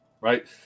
right